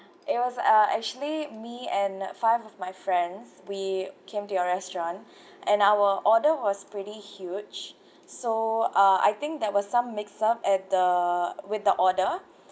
it was uh actually me and five of my friends we came to your restaurant and our order was pretty huge so uh I think there was some mix up at the with the order